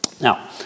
Now